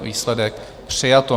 Výsledek: přijato.